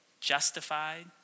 justified